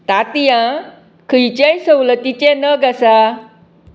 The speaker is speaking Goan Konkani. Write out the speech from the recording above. तांतयां खंयचेय सवलतीचे नग आसा